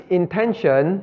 intention